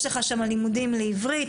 יש לך שם לימודים לעברית.